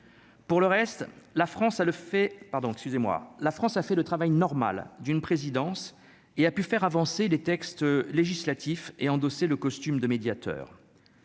excusez-moi, la France a fait le travail normal d'une présidence et a pu faire avancer les textes législatifs et endossé le costume de médiateur